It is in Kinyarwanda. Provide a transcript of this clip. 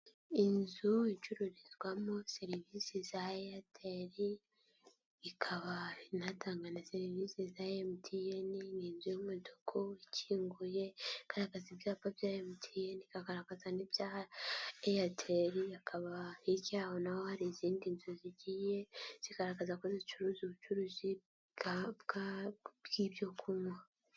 Inzu icurizwamo serivisi za Airtel, ikaba inatanga na serivisi za MTN, ni inzu y'umutuku ikinguye, igaragaza ibyapa bya MTN, ikagaragaza n'ibya Airtel, hakaba hirya yaho na ho hari izindi nzu zigiye zigaragaza ko zicuruza ubucuruzi bw'ibyo kunywa.